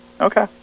okay